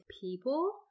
people